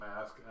mask